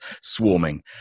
swarming